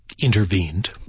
intervened